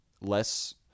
less